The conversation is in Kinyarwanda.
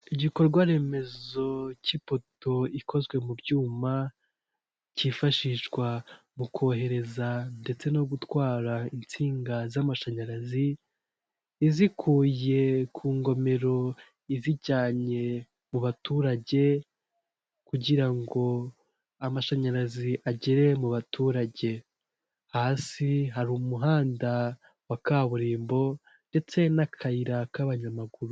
Igikorwaremezo cy'ipoto ikozwe mu byuma cyifashishwa mu kohereza ndetse no gutwara insinga z'amashanyarazi, izikuye ku ngomero izijyanye mu baturage kugira ngo amashanyarazi agere mu baturage hasi hari umuhanda wa kaburimbo ndetse n'akayira k'abanyamaguru.